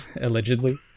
Allegedly